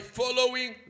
following